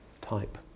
type